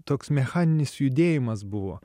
toks mechaninis judėjimas buvo